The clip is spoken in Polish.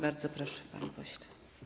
Bardzo proszę, panie pośle.